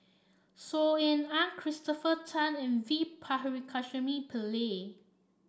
Saw Ean Ang Christopher Tan and V Pakirisamy Pillai